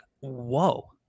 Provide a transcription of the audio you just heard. whoa